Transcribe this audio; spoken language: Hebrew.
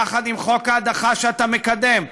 יחד עם חוק ההדחה שאתה מקדם,